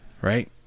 Right